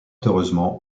heureusement